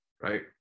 right